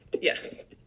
yes